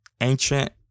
ancient